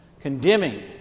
condemning